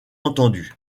entendu